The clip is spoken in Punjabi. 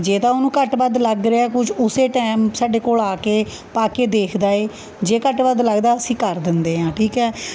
ਜੇ ਤਾਂ ਉਹਨੂੰ ਘੱਟ ਵੱਧ ਲੱਗ ਰਿਹਾ ਹੈ ਕੁਛ ਉਸ ਟਾਈਮ ਸਾਡੇ ਕੋਲ ਆ ਕੇ ਪਾ ਕੇ ਦੇਖਦਾ ਹੈ ਜੇ ਘੱਟ ਵੱਧ ਲੱਗਦਾ ਅਸੀਂ ਕਰ ਦਿੰਦੇ ਹਾਂ ਠੀਕ ਹੈ